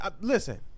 Listen